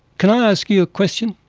can i ask you a question?